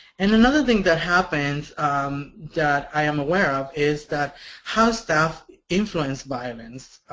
and another thing that happens that i am aware of is that house staff influence violence.